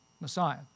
Messiah